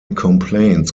complaints